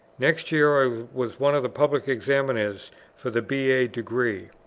next year i was one of the public examiners for the b a. degree.